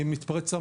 מתפרצת לה